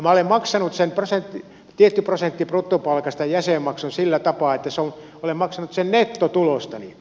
minä olen maksanut sen tietyn prosentin bruttopalkasta jäsenmaksun sillä tapaa että olen maksanut sen nettotulostani